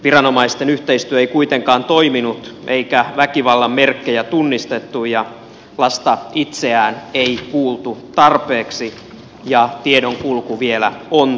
viranomaisten yhteistyö ei kuitenkaan toiminut eikä väkivallan merkkejä tunnistettu ja lasta itseään ei kuultu tarpeeksi ja tiedonkulku vielä ontui